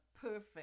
perfect